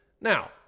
Now